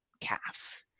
Calf